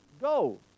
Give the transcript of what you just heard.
Go